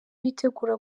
bitegura